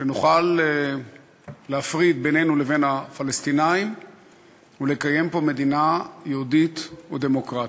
שנוכל להפריד בינינו לבין הפלסטינים ולקיים פה מדינה יהודית ודמוקרטית.